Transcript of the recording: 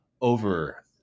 over